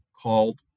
called